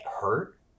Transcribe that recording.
hurt